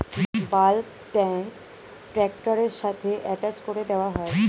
bulk tank ট্র্যাক্টরের সাথে attach করে দেওয়া হয়